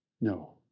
No